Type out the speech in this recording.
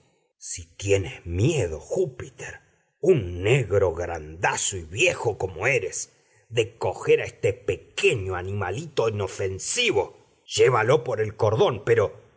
si tienes miedo júpiter un negro grandazo y viejo como eres de coger a este pequeño animalito inofensivo llévalo por el cordón pero